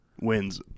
wins